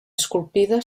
esculpida